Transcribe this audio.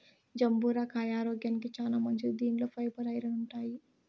జంబూర కాయ ఆరోగ్యానికి చానా మంచిది దీనిలో ఫైబర్, ఐరన్ ఉంటాయి